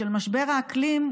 של משבר האקלים,